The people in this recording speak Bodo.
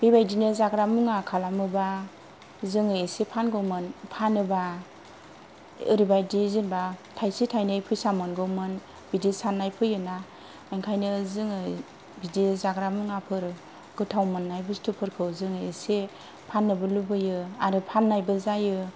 बेबायदिनो जाग्रा मुवा खालामोब्ला जोङो एसे फानगौमोन फानोब्ला ओरैबायदि जेनेबा थायसे थायनै फैसा मोनगौमोन बिदि साननाय फैयो ना ओंखायनो जोङो बिदि जाग्रा मुवाफोर गोथाव मोननाय बुस्थुफोरखौ जोङो एसे फाननोबो लुबैयो आरो फाननायबो जायो